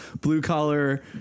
blue-collar